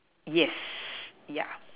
yes yeah